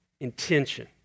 intention